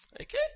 Okay